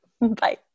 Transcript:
Bye